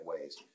ways